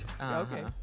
Okay